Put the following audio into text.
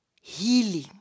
healing